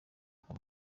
kuva